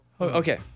Okay